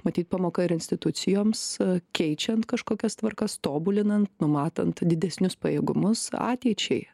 matyt pamoka ir institucijoms keičiant kažkokias tvarkas tobulinant numatant didesnius pajėgumus ateičiai